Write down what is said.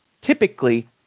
Typically